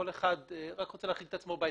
איך כל אחד רוצה להחריג את עצמו על ידי